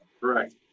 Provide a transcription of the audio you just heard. Correct